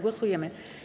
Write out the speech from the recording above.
Głosujemy.